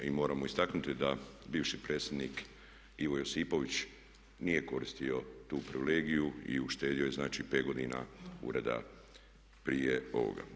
I moramo istaknuti da bivši predsjednik Ivo Josipović nije koristio tu privilegiju i uštedio je znači 5 godina ureda prije ovoga.